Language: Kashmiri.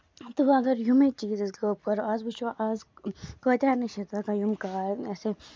تہٕ وۄنۍ اَگر یِمے چیٖز أسۍ غٲب کرو آز وٕچھو آز کۭتیاہ نِش یِم کار اَسہِ